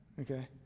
Okay